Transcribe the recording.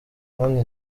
kandi